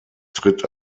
tritt